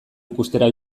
ikustera